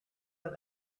have